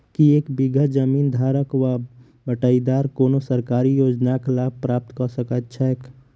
की एक बीघा जमीन धारक वा बटाईदार कोनों सरकारी योजनाक लाभ प्राप्त कऽ सकैत छैक?